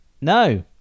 No